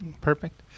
perfect